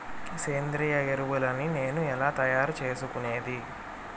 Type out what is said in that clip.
సేంద్రియ ఎరువులని నేను ఎలా తయారు చేసుకునేది?